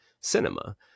cinema